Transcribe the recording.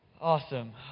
Awesome